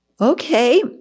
okay